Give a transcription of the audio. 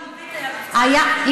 גם בחברה הערבית היה מבצע כזה.